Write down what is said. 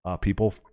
people